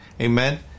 Amen